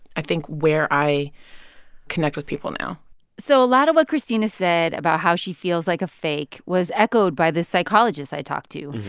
i think, where i connect with people now so a lot of what kristina said about how she feels like a fake was echoed by this psychologist i talked to.